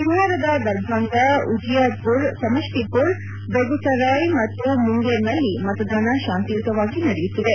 ಬಿಹಾರದ ದರ್ಭಾಂಗ ಉಜಿಯಾರ್ಪುರ್ ಸಮಷ್ಟಿಪುರ್ ಬೆಗುಸರಾಯ್ ಮತ್ತು ಮುಂಗೇರ್ನಲ್ಲಿ ಮತದಾನ ಶಾಂತಿಯುತವಾಗಿ ನಡೆಯುತ್ತಿದೆ